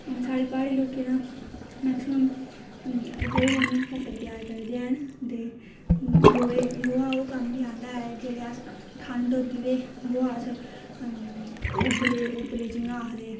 साढ़े प्हाड़ी लोकें दा मैक्सीमम गोहे कन्नै गै फसल त्यार करदे हैन ते गोहे गोहा ओह् कम्म बी औंदा ऐ जेल्लै अस ठंड होंदी ते गोहा अस उब्बले उब्बले जि'यां आखदे